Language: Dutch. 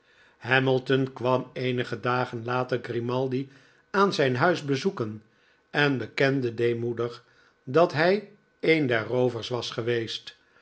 hamilton kwam eenige dagen later grimaldi aan zijn huis bezoeken en bekende deemoedig dat hij een der roovers was geweest